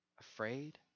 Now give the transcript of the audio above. afraid